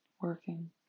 working